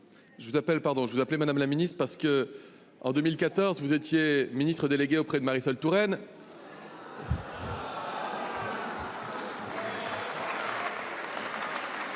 Je vous appelle « madame la ministre » parce que, en 2014, vous étiez ministre déléguée auprès de Marisol Touraine.